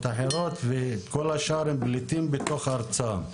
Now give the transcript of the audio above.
אחרות וכל השאר הם פליטים בתוך ארצם.